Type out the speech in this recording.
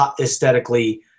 aesthetically